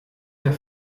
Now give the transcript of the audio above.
der